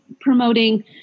promoting